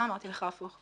מה אמרתי לך הפוך?